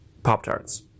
Pop-Tarts